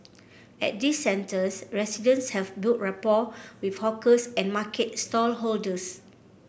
at these centres residents have built rapport with hawkers and market stallholders